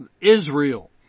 Israel